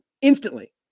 instantly